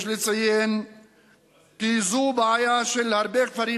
יש לציין כי זו בעיה של הרבה כפרים,